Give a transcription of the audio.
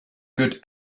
good